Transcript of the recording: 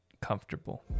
Comfortable